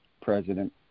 president